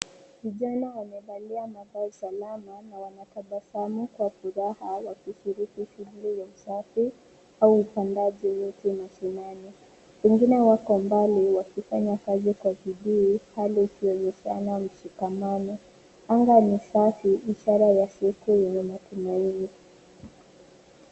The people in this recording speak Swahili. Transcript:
Vijana wamevalia mavazi vya usalama na wanatabasamu kwa furaha wakishiriki shughuli za usafi au upandaji miti na nyasi. Wengine wako mbali wakifanya kazi kwa bidii hali ikionyeshana msukumano. Anga ni safi, ishara ya siku yenye matumaini.